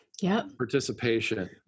participation